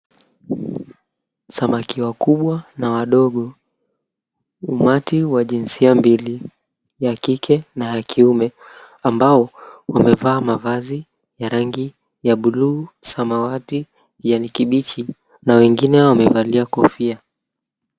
Samaki wakubwa na wadogo, umati wa jinsia mbili ya kike na ya kiume ambao wamevaa mavazi ya rangi ya buluu samawati, kijani kibichi na wengine wamevalia kofia.